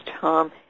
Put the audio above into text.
Tom